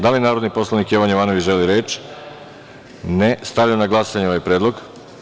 Da li narodni poslanik Jovan Jovanović želi reč? (Ne.) Stavljam na glasanje ovaj predlog.